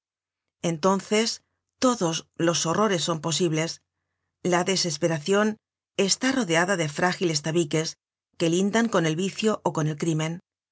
entonces todos los horrores son posibles la desesperacion está rodeada de frágiles tabiques que lindan con el vicio ó con el crimen